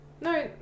No